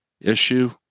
issue